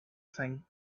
thing